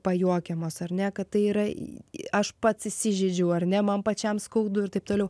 pajuokiamos ar ne kad tai yra aš pats įsižeidžiau ar ne man pačiam skaudu ir taip toliau